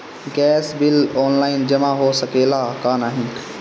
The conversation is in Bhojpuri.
गैस बिल ऑनलाइन जमा हो सकेला का नाहीं?